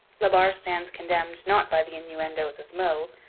la barre stands condemned not by the innuendoes of meulles,